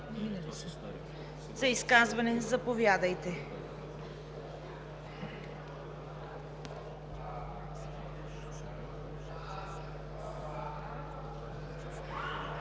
за изказвания. Заповядайте.